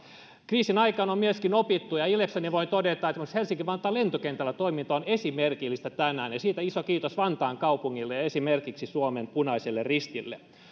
kriisin aikana on myöskin opittu ilokseni voin myös todeta että esimerkiksi helsinki vantaan lentokentällä toiminta on esimerkillistä tänään ja siitä iso kiitos vantaan kaupungille ja esimerkiksi suomen punaiselle ristille